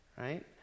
Right